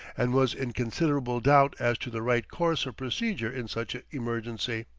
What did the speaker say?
and was in considerable doubt as to the right course of procedure in such emergency.